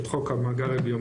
יש את חוק המאגר הביומטרי,